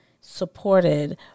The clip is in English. supported